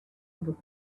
book